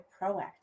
proactive